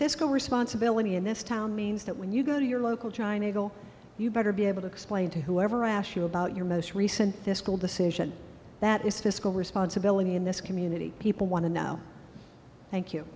fiscal responsibility in this town means that when you go to your local trying to go you better be able to explain to whoever asks you about your most recent fiscal decision that is fiscal responsibility in this community people want to know thank you